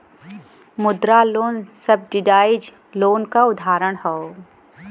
मुद्रा loan subsidise loan क उदाहरण हौ